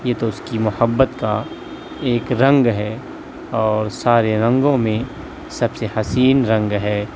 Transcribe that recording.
یہ تو اس کی محبت کا ایک رنگ ہے اور سارے رنگوں میں سب سے حسین رنگ ہے